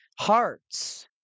hearts